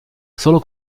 solo